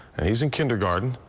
he's in kindergarten.